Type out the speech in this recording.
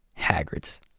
Hagrid's